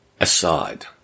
aside